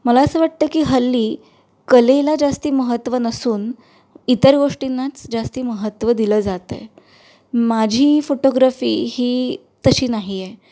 मला असं वाटतं की हल्ली कलेला जास्ती महत्त्व नसून इतर गोष्टींनाच जास्ती महत्त्व दिलं जातं आहे माझी फोटोग्राफी ही तशी नाही आहे